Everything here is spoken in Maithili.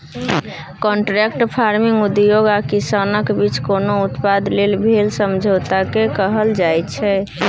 कांट्रेक्ट फार्मिंग उद्योग आ किसानक बीच कोनो उत्पाद लेल भेल समझौताकेँ कहल जाइ छै